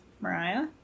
Mariah